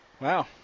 Wow